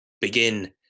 begin